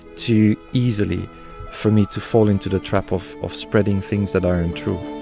too easily for me to fall into the trap of of spreading things that aren't true?